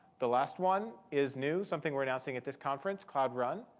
the last one is new, something we're announcing at this conference, cloud run.